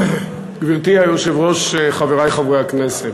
גברתי היושבת-ראש, חברי חברי הכנסת,